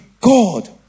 God